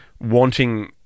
wanting